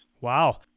Wow